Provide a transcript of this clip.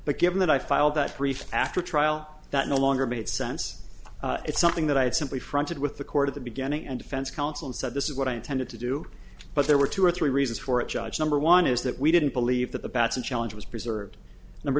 but given that i filed that brief after a trial that no longer made sense it's something that i had simply fronted with the court at the beginning and defense counsel and said this is what i intended to do but there were two or three reasons for it judge number one is that we didn't believe that the batson challenge was preserved number